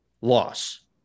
loss